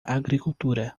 agricultura